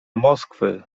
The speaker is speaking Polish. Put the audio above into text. moskwy